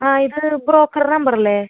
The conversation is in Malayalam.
ആ ഇത് ബ്രോക്കറ നമ്പറല്ലേ